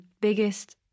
biggest